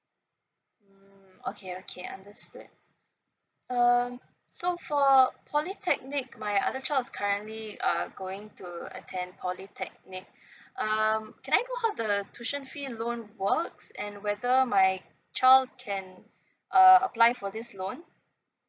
mm okay okay understood um so for polytechnic my other child is currently uh going to attend polytechnic um can I know how the tuition fee and loan works and whether my child can uh apply for this loan